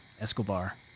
Escobar